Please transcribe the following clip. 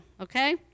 okay